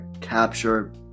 capture